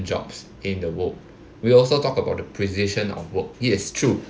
jobs in the world we also talk about the precision of work yes true